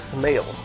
male